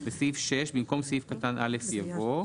בסעיף 6, במקום סעיף קטו (א) יבוא:"